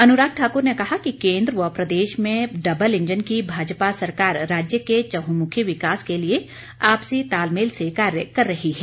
अनुराग ठाकुर ने कहा कि केन्द्र व प्रदेश में डबल इंजन की भाजपा सरकार राज्य के चहुंमुखी विकास के लिए आपसी तालमेल से कार्य कर रही है